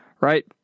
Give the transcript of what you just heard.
right